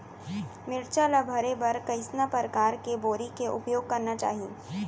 मिरचा ला भरे बर कइसना परकार के बोरी के उपयोग करना चाही?